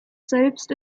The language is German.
selbst